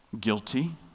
guilty